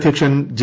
അധ്യക്ഷൻ ജെ